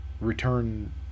return